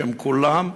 שהם כולם,